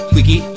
Wiki